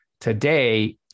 Today